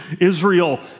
Israel